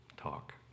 Talk